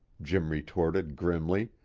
jim retorted grimly.